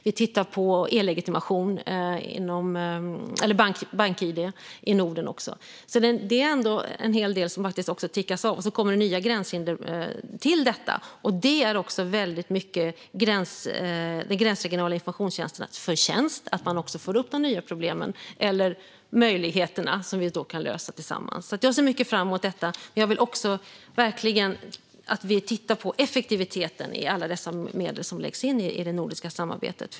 Vi tittar också på bank-id i Norden. Det är ändå en hel del som prickas av. Sedan kommer det nya gränshinder till detta, och det är väldigt mycket de gränsregionala informationstjänsternas förtjänst att man får upp de nya problemen på bordet och får möjlighet att lösa dem tillsammans. Jag ser mycket fram emot detta, men jag vill också att vi verkligen tittar på effektiviteten i alla dessa medel som läggs in i det nordiska samarbetet.